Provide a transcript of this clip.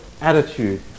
attitude